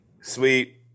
Sweet